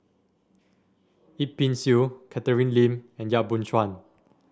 Yip Pin Xiu Catherine Lim and Yap Boon Chuan